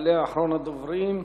יעלה אחרון הדוברים,